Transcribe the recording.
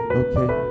okay